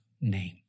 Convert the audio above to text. name